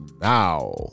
now